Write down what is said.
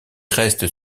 restes